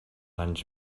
anys